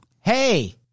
Hey